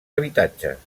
habitatges